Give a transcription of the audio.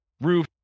roof